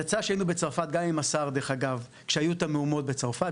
יצא שהיינו בצרפת גם עם השר כשהיו את המהומות בצרפת,